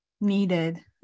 needed